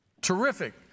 terrific